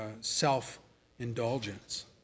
self-indulgence